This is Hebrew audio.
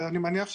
אני מניח,